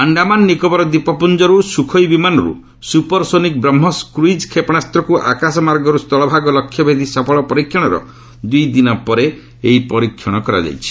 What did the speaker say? ଆଣ୍ଡାମାନ ନିକୋବର ଦ୍ୱୀପପୁଞ୍ଜରୁ ସୁଖୋଇ ଯୁଦ୍ଧବିମାନରୁ supersonic BrahMos cruise କ୍ଷେପଣାସ୍ତକୁ ଆକାଶମାର୍ଗରୁ ସ୍ଥଳଭାଗ ଲକ୍ଷ୍ୟଭେଦୀ ସଫଳ ପରୀକ୍ଷଣର ଦୁଇ ଦିନ ପରେ ଏହି ପରୀକ୍ଷଣ କରାଯାଇଛି